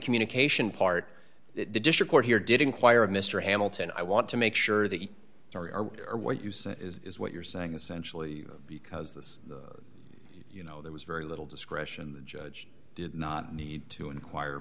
communication part that the district court here did inquire of mr hamilton i want to make sure that you are what you say is what you're saying essentially because this you know there was very little discretion the judge did not need to inquire